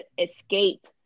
escape